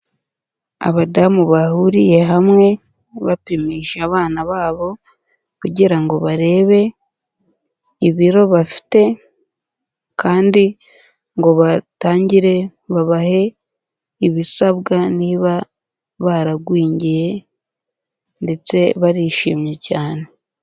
Abadamu bahuriye hamwe, bapimisha abana babo kugira ngo barebe ibiro bafite kandi ngo batangire babahe ibisabwa niba baragwingiye ndetse barishimye cyane.